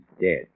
dead